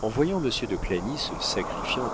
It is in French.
en voyant monsieur de clagny se sacrifiant